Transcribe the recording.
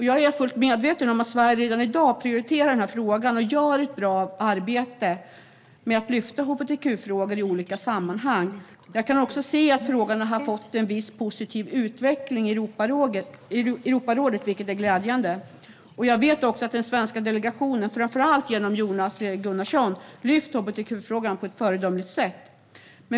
Jag är fullt medveten om att Sverige redan i dag prioriterar frågan och gör ett bra arbete med att lyfta fram hbtq-frågor i olika sammanhang. Jag kan också se att frågan har fått en viss positiv utveckling i Europarådet, vilket är glädjande. Jag vet även att den svenska delegationen, framför allt genom Jonas Gunnarsson, har lyft fram hbtq-frågan på ett föredömligt sätt.